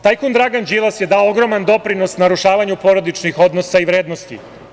Tajkun Dragan Đilas je dao ogroman doprinos narušavanju porodičnih odnosa i vrednosti.